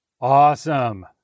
Awesome